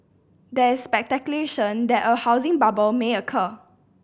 there is speculation that a housing bubble may occur